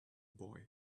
boy